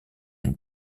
une